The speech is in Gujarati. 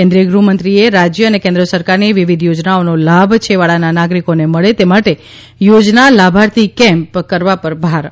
કેન્દ્રિય ગૃહમંત્રીશ્રીએ રાજ્ય અને કેન્દ્ર સરકારની વિવિધ યોજનાઓનો લાભ છેવાડાના નાગરીકને મળે તે માટે યોજના લાભાર્થી કેમ્પ કરવા પર ભાર આપ્યો હતો